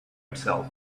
itself